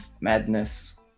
madness